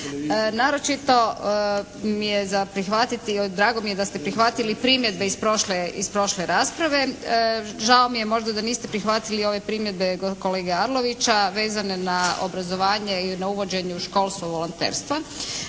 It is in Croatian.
Naročito mi je za prihvatiti, drago mi je da ste prihvatili primjedbe iz prošle rasprave. Žao mi je možda da niste prihvatili ove primjedbe kolege Arlovića vezane na obrazovanje i na uvođenje u školstvo volonterstva,